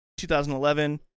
2011